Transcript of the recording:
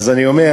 אז אני אומר,